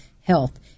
health